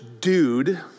dude